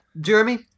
Jeremy